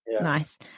nice